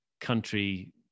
country